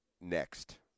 next